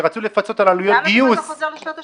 שרצו לפצות על עלויות גיוס --- למה אתה חוזר לשנות ה-80?